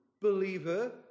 believer